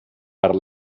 per